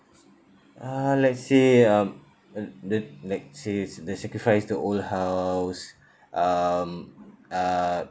uh let's say um uh the like says the sacrifice the old house um uh